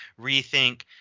rethink